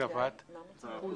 10%